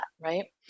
right